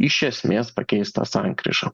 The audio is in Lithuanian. iš esmės pakeis tą sankryžą